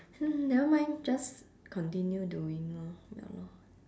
nevermind just continue doing lor ya lor